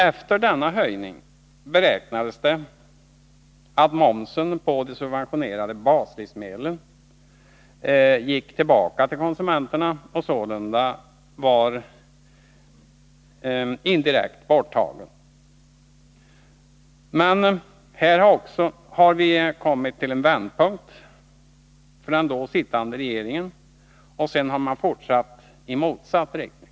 Efter denna höjning beräknades det att momsen på de subventionerade baslivsmedlen gick tillbaka till konsumenterna och sålunda var momsen indirekt borttagen. Men här hade vi kommit till en vändpunkt för den då sittande regeringen, och sedan har man Nr 29 fortsatt i motsatt riktning.